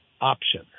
option